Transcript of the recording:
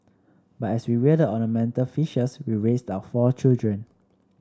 but as we rear the ornamental fishes we raised our four children